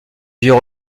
vieux